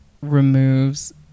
removes